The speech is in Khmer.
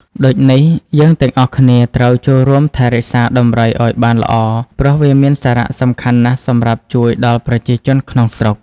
ដូចនេះយើងទាំងអស់គ្នាត្រូវចូលរួមថែរក្សាដំរីឲ្យបានល្អព្រោះវាមានសារៈសំខាន់ណាស់សម្រាប់ជួយដល់ប្រជាជនក្នុងស្រុក។